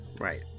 Right